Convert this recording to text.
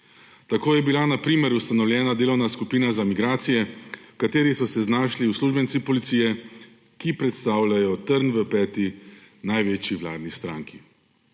Tako je bila na primer ustanovljena delovna skupina za migracije, v kateri so se znašli uslužbenci Policije, ki predstavljajo trn v peti največji vladni stranki.